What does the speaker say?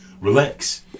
Relax